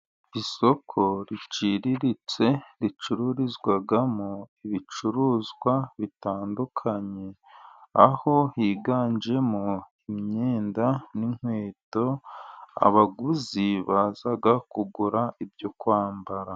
Isoko riciriritse ricururizwamo ibicuruzwa bitandukanye aho higanjemo imyenda n'inkweto, abaguzi baza kugura ibyo kwambara.